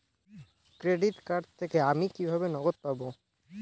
Credit card থেকে আমি কিভাবে নগদ পাব?